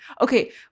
okay